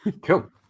Cool